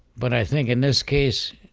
but i think in this case